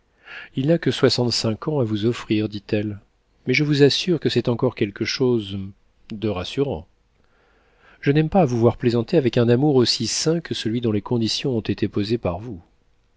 il n'a que soixante-cinq ans à vous offrir dit-elle mais je vous assure que c'est encore quelque chose de rassurant je n'aime pas à vous voir plaisanter avec un amour aussi saint que celui dont les conditions ont été posées par vous